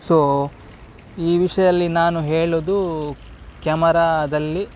so ಈ ವಿಷ್ಯದಲ್ಲಿ ನಾನು ಹೇಳೋದು ಕ್ಯಾಮರಾದಲ್ಲಿ